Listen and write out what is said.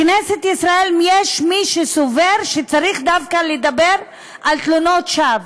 בכנסת ישראל יש מי שסובר שצריך דווקא לדבר על תלונות שווא.